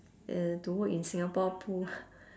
uh to work in singapore pool